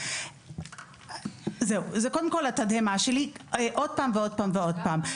זו התדהמה שלי עוד ועוד פעם.